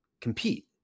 compete